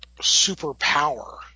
superpower